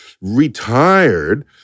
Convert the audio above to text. retired